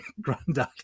granddad